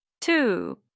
two